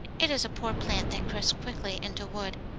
it is a poor plant that crisps quickly into wood.